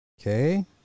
Okay